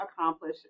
accomplish